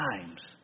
times